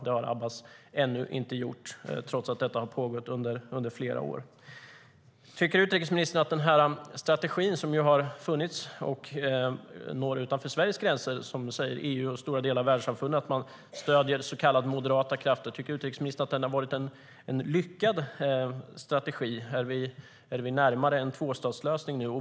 Det har Abbas ännu inte gjort, trots att detta har pågått under flera år. Tycker utrikesministern att det har varit en lyckad strategi som har funnits och når utanför Sveriges gränser, som du säger EU och stora delar av världssamfundet, att stödja så kallat moderata krafter? Är vi närmare en tvåstatslösning nu?